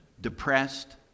depressed